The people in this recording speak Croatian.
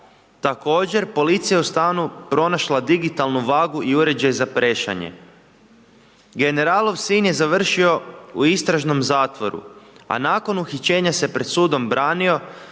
Također policija je u stanu pronašla digitalnu vagu i uređaj za prešanje. Generalov sin je završio u istražnom zatvoru a nakon uhićenja se pred sobom branio